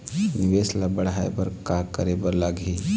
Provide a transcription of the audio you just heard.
निवेश ला बड़हाए बर का करे बर लगही?